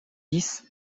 dix